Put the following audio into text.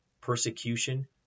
persecution